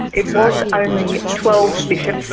it was only twelve bishops,